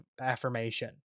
affirmation